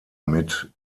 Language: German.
mit